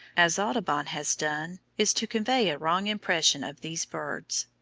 as audubon has done, is to convey a wrong impression of these birds.